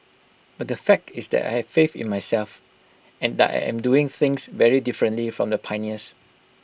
but the fact is that I have faith in myself and that I am doing things very differently from the pioneers